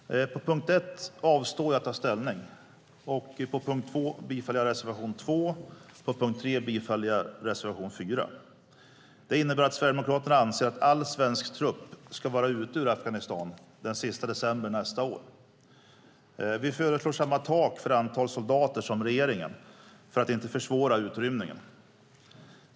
Herr talman! Under punkt 1 avstår jag från att ta ställning. Under punkt 2 yrkar jag bifall till reservation 2 och under punkt 3 till reservation 4. Det innebär att Sverigedemokraterna anser att all svensk trupp ska vara ute ur Afghanistan den sista december nästa år. Vi föreslår samma tak för antal soldater som regeringen för att inte försvåra utrymningen.